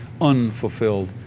unfulfilled